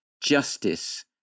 justice